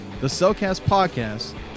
thecellcastpodcast